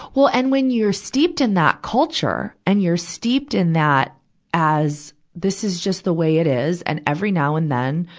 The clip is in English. well, and when you're steeped in that culture and you're steeped in that as, this is just the way it is and every now and then,